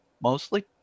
mostly